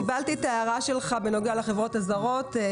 קיבלתי את ההערה שלך בנוגע לחברות הזרות,